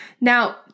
Now